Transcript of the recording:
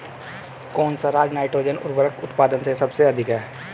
कौन सा राज नाइट्रोजन उर्वरक उत्पादन में सबसे अधिक है?